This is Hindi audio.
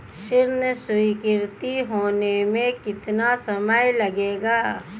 ऋण स्वीकृत होने में कितना समय लगेगा?